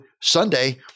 Sunday